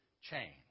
change